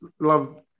love